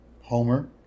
Homer